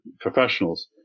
professionals